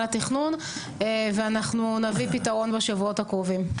התכנון ואנחנו נביא פתרון בשבועות הקרובים.